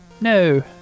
No